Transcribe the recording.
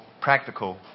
practical